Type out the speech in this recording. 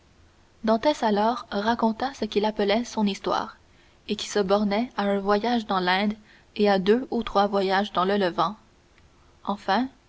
dantès alors raconta ce qu'il appelait son histoire et qui se bornait à un voyage dans l'inde et à deux où trois voyages dans le levant enfin